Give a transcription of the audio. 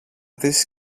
της